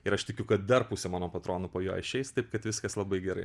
ir aš tikiu kad dar pusė mano patronų po jo išeis taip kad viskas labai gerai